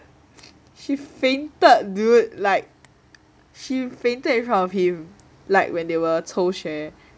she fainted dude like she fainted in front of him like when they were 抽血